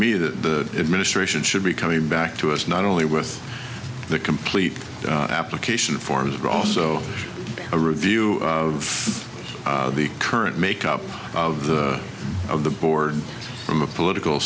me the administration should be coming back to us not only with the complete application forms but also a review of the current makeup of the of the board from a political